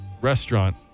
restaurant